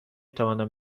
توانم